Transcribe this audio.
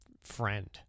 friend